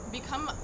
become